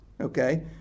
okay